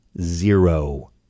Zero